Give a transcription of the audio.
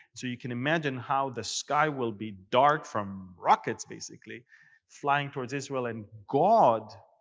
so you can imagine how the sky will be dark from rockets basically flying towards israel and god,